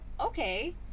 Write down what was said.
Okay